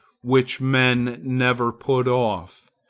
which men never put off,